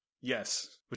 Yes